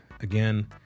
again